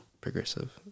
progressive